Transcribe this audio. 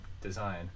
design